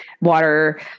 water